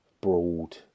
broad